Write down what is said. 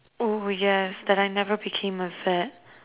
oo yes that I never became a vet